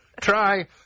Try